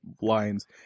lines